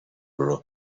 for